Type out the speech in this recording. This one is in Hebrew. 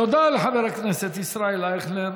תודה לחבר הכנסת ישראל אייכלר.